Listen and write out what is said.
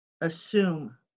assume